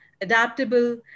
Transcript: adaptable